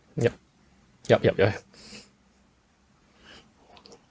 yup yup yup yup